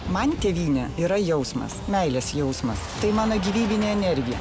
man tėvynė yra jausmas meilės jausmas tai mano gyvybinė energija